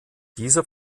dieser